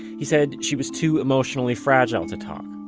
he said she was too emotionally fragile to talk,